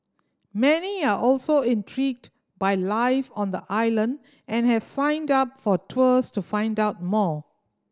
many are also intrigued by life on the island and have signed up for tours to find out more